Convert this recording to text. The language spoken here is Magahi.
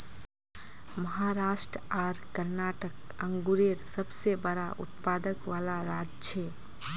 महाराष्ट्र आर कर्नाटक अन्गुरेर सबसे बड़ा उत्पादक वाला राज्य छे